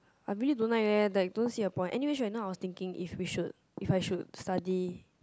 I really don't like leh like don't see a point anyway I was thinking if we should if I should study